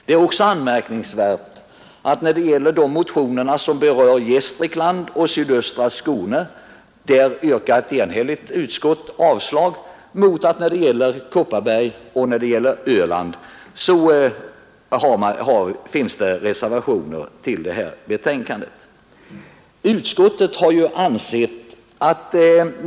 Det är också anmärkningsvärt att ett enhälligt utskott yrkar avslag på motioner som berör Gästrikland och sydöstra Skåne, men när det gäller Kopparbergs län och Öland så finns det reservationer fogade till betänkandet.